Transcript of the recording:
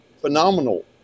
phenomenal